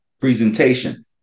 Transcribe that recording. presentation